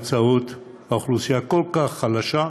באמצעות אוכלוסייה כל כך חלשה,